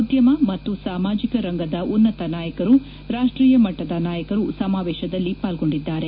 ಉದ್ಯಮ ಮತ್ತು ಸಾಮಾಜಿಕ ರಂಗದ ಉನ್ನತ ನಾಯಕರು ರಾಷ್ಟೀಯ ಮಟ್ಟದ ನಾಯಕರು ಸಮಾವೇಶದಲ್ಲಿ ಪಾಲ್ಲೊಂದಿದ್ದಾರೆ